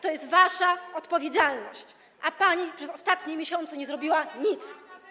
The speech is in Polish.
to jest wasza odpowiedzialność, a pani przez ostatnie miesiące nie zrobiła nic.